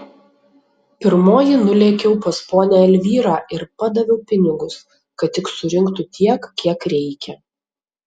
pirmoji nulėkiau pas ponią elvyrą ir padaviau pinigus kad tik surinktų tiek kiek reikia